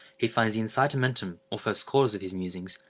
he finds the incitamentum, or first cause of his musings,